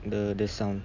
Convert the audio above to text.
the the sound